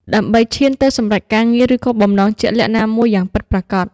ដើម្បីឈានទៅសម្រេចការងារ ឫគោលបំណងជាក់លាក់ណាមួយយ៉ាងពិតប្រាកដ។